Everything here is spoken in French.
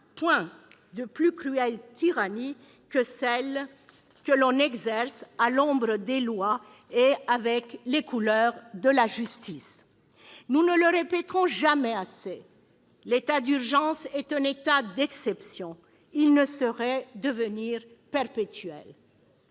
point de plus cruelle tyrannie que celle que l'on exerce à l'ombre des lois et avec les couleurs de la justice ». Nous ne le répéterons jamais assez, l'état d'urgence est un état d'exception ; il ne saurait devenir perpétuel.